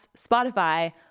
Spotify